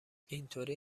اینطوری